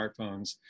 smartphones